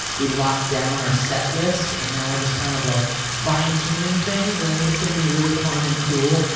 we locked down our set list. and now we're just kind of like fine tuning things. and i think it's gonna be really fun and cool.